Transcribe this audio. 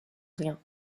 rien